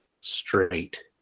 straight